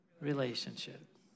relationship